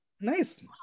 nice